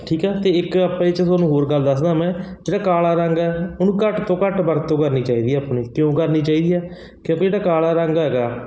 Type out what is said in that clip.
ਠੀਕ ਆ ਅਤੇ ਇੱਕ ਆਪਾਂ ਇਹ 'ਚ ਤੁਹਾਨੂੰ ਹੋਰ ਗੱਲ ਦੱਸਦਾ ਮੈਂ ਜਿਹੜਾ ਕਾਲਾ ਰੰਗ ਹੈ ਉਹਨੂੰ ਘੱਟ ਤੋਂ ਘੱਟ ਵਰਤੋਂ ਕਰਨੀ ਚਾਹੀਦੀ ਹੈ ਆਪਣੀ ਕਿਉਂ ਕਰਨੀ ਚਾਹੀਦੀ ਹੈ ਕਿਉਂਕਿ ਜਿਹੜਾ ਕਾਲਾ ਰੰਗ ਹੈਗਾ